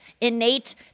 innate